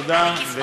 תודה.